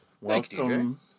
Welcome